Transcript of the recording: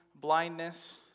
blindness